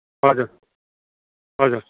हजुर हजुर